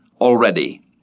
already